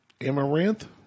Amaranth